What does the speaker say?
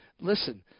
listen